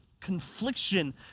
confliction